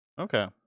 Okay